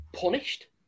punished